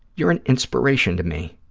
you're an inspiration to me.